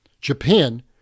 Japan